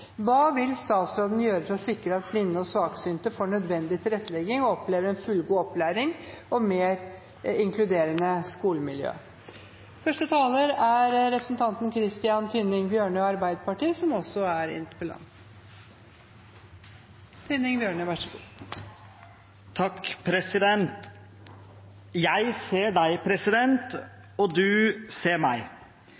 Hva vil statsråden gjøre for å sikre at blinde og svaksynte får nødvendig tilrettelegging og opplever en fullgod opplæring og et mer inkluderende skolemiljø? Tusen takk til representanten Tynning Bjørnø for å ta opp en viktig interpellasjon, og jeg synes også det er bra at inntrykket er